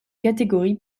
catégorie